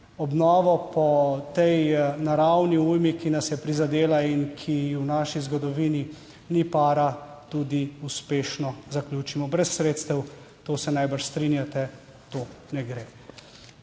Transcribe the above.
obnovo po tej naravni ujmi, ki nas je prizadela in ki v naši zgodovini ni para, tudi uspešno zaključimo brez sredstev. To se najbrž strinjate? To ne gre.